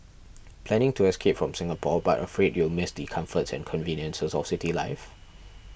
planning to escape from Singapore but afraid you'll miss the comforts and conveniences of city life